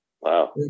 Wow